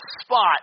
spot